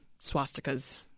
swastikas